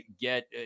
get